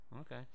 okay